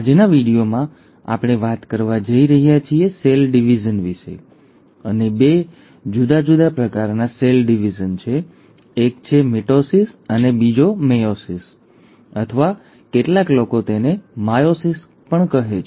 આજના વિડિયોમાં આપણે વાત કરવા જઈ રહ્યા છીએ સેલ ડિવીઝન વિશે અને બે જુદા જુદા પ્રકારના સેલ ડિવિઝન છે અને એક છે મિટોસિસ અને બીજો છે મેયોસિસ અથવા કેટલાક લોકો તેને માયોસિસ કહે છે